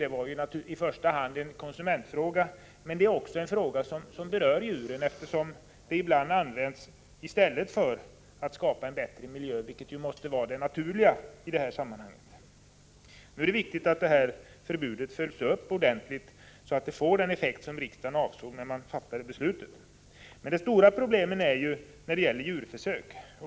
Det var i och för sig en konsumentfråga, men också en fråga som berör djuren, eftersom man ibland använder antibiotika i stället för att skapa en bättre miljö — vilket ju måste vara det naturliga i detta sammanhang. Nu är det viktigt att detta förbud följs upp ordentligt, så att det får den effekt som riksdagen avsåg när vi fattade beslutet. Men de stora problemen gäller ju djurförsök.